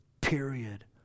Period